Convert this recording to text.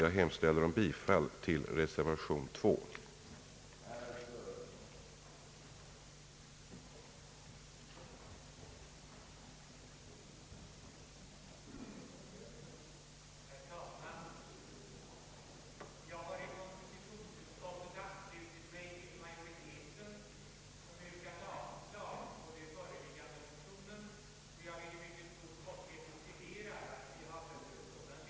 Jag hemställer om bifall till den med 2 betecknade reservationen.